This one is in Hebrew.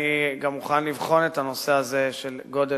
אני גם מוכן לבחון את הנושא הזה של גודל